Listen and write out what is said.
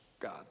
God